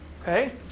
Okay